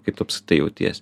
kaip tu apskritai jauties